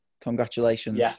Congratulations